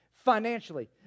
Financially